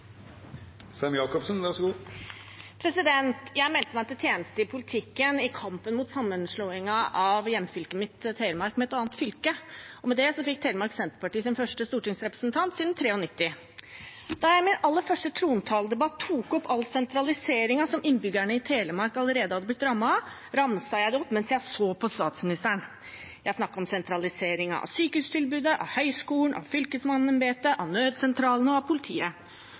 Jeg meldte meg til tjeneste i politikken i kampen mot sammenslåingen av hjemfylket mitt, Telemark, med et annet fylke, og med det fikk Telemark Senterparti sin første stortingsrepresentant siden 1993. Da jeg i min aller første trontaledebatt tok opp all sentraliseringen som innbyggerne i Telemark allerede hadde blitt rammet av, ramset jeg det opp mens jeg så på statsministeren. Jeg snakket om sentraliseringen av sykehustilbudet, av høyskolen, av fylkesmannsembetet, av nødsentralene og av politiet